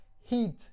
Heat